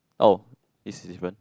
oh this is different